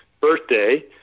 birthday